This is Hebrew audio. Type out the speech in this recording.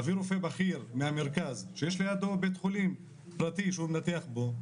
להביא רופא בכיר מהמרכז כשיש לידו בית חולים פרטי שהוא מנתח בו,